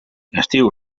estiu